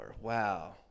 Wow